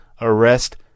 arrest